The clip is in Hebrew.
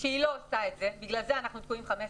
מה שהיא לא עושה את זה ולכן אנחנו תקועים 15 שנים,